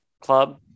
club